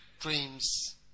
dreams